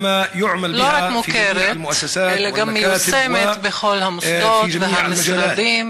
לא רק מוכרת אלא גם מיושמת בכל המוסדות והמשרדים,